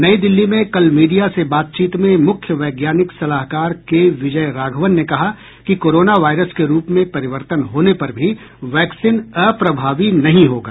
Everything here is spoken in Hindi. नई दिल्ली में कल मीडिया से बातचीत में मुख्य वैज्ञानिक सलाहकार के विजय राघवन ने कहा कि कोरोना वायरस के रूप में परिवर्तन होने पर भी वैक्सीन अप्रभावी नहीं होगा